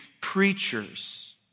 preachers